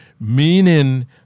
meaning